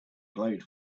glowed